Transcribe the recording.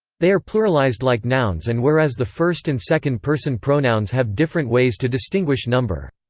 they are pluralized like nouns and whereas the first and second-person pronouns have different ways to distinguish number.